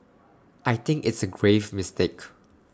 I think it's A grave mistake